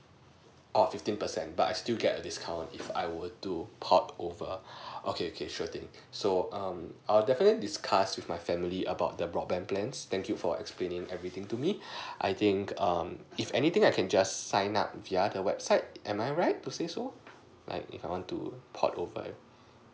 oh fifteen percent but I'll still get a discount if I want to port over okay okay sure thing so um I'll definitely discuss with my family about the broadband plans thank you for explaining everything to me I think um if anything I can just sign up via the website am I right to say so like if I want to port over